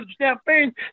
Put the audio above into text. champagne